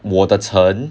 我的陈